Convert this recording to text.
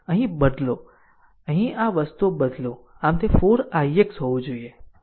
અહીં બદલો અહીં આ વસ્તુઓ બદલો આમ તે 4 ix હોવું જોઈએ